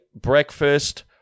breakfast